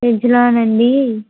వెజ్జులోనా అండి